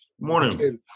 Morning